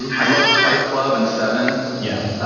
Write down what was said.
and i loved fight club and seven. yeah i